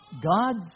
God's